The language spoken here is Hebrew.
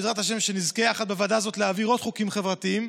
בעזרת השם שנזכה יחד בוועדה הזאת להעביר עוד חוקים חברתיים.